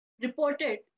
Reported